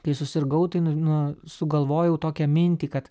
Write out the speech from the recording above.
kai susirgau tai nu nu sugalvojau tokią mintį kad